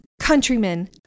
countrymen